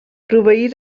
proveir